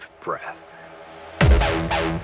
breath